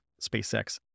SpaceX